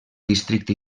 districte